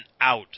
out